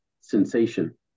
sensation